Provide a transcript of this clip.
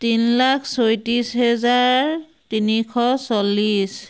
তিনি লাখ ছয়ত্ৰিছ হেজাৰ তিনিশ চল্লিছ